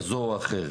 כזו או אחרת,